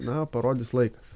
na parodys laikas